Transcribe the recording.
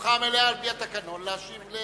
זכותך המלאה על-פי התקנון להשיב.